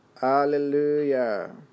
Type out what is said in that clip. Hallelujah